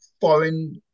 foreign